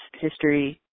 history